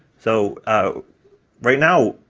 so right now,